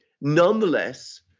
Nonetheless